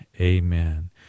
amen